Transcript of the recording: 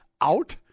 out